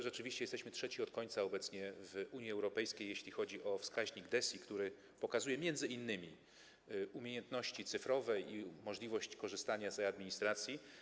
Rzeczywiście jesteśmy obecnie trzeci od końca w Unii Europejskiej, jeśli chodzi o wskaźnik DESI, który pokazuje m.in. umiejętności cyfrowe i możliwość korzystania z e-administracji.